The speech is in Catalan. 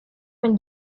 pel